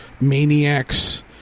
Maniacs